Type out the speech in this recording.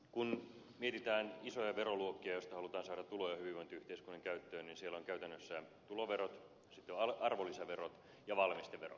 kun mietitään isoja veroluokkia joista halutaan saada tuloja hyvinvointiyhteiskunnan käyttöön niin siellä on käytännössä tuloverot sitten on arvonlisäverot ja valmisteverot